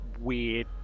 weird